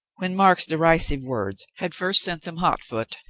when mark's derisive words had first sent them, hot foot,